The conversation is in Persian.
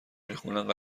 میخونن